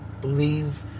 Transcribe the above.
believe